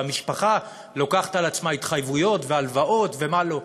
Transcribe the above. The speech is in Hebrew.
והמשפחה לוקחת על עצמה התחייבויות והלוואות ומה לא.